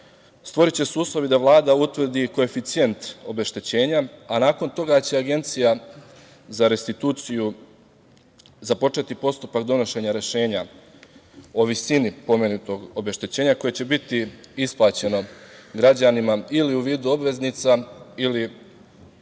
stvoriće se uslovi da Vlada utvrdi koeficijent obeštećenja, a nakon toga će Agencija za restituciju započeti postupak donošenja rešenja o visini pomenutog obeštećenja koje će biti isplaćeno građanima ili u vidu obveznica ili